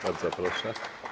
Bardzo proszę.